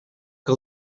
que